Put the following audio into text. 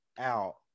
out